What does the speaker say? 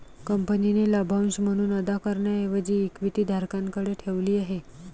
कंपनीने लाभांश म्हणून अदा करण्याऐवजी इक्विटी धारकांकडे ठेवली आहे